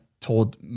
told